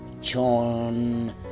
John